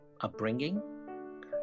upbringing